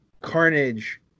Carnage